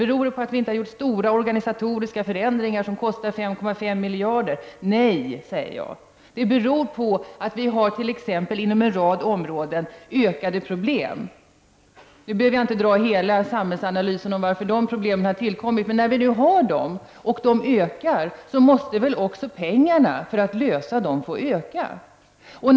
Beror det på att vi inte har gjort stora organisatoriska förändringar som kostar 5,5 miljarder? Jag säger nej. Det beror på att vi inom en rad områden har t.ex. en ökad mängd problem. Jag avser inte att dra hela samhällsanalysen varför dessa problem har tillkommit. Men när nu dessa problem finns och de ökar, måste väl också pengarna för att lösa dessa problem få öka?